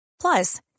Plus